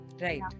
Right